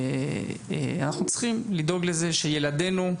אנחנו צריכים לדאוג לזה שילדנו,